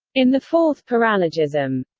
in the fourth paralogism,